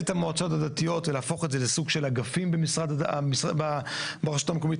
את המועצות הדתיות ולהפוך את זה לסוג של אגפים ברשות המקומית.